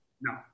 no